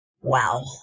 Wow